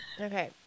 Okay